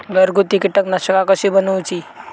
घरगुती कीटकनाशका कशी बनवूची?